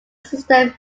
system